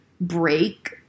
break